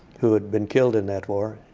who had been killed in that war.